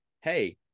hey